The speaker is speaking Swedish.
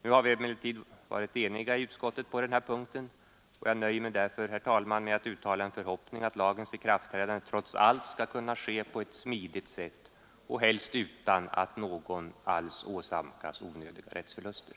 Nu har vi emellertid varit eniga i utskottet på den här punkten, och jag nöjer mig, herr talman, med att uttala en förhoppning att lagens ikraftträdande trots allt skall kunna ske på ett smidigt sätt och utan att någon åsamkas onödiga rättsförluster.